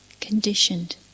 Conditioned